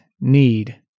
need